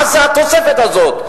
מה זו התוספת הזאת?